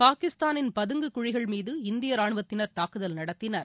பாகிஸ்தானின் பதங்கு குழிகள்மீது இந்தியராணுவத்தினர் தாக்குதல் நடத்தினர்